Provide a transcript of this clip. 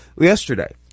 yesterday